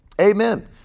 amen